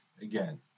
again